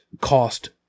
cost